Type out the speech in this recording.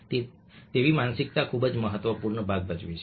તેથી માનસિકતા ખૂબ જ મહત્વપૂર્ણ છે